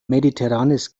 mediterranes